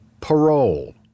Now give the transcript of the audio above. parole